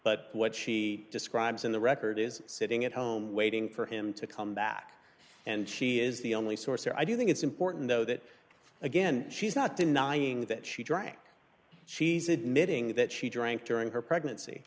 but what she describes in the record is sitting at home waiting for him to come back and she is the only source there i do think it's important though that again she's not denying that she drank she's admitting that she drank during her pregnancy